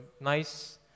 nice